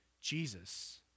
Jesus